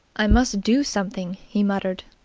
i must do something, he muttered.